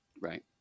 Right